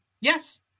yes